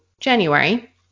January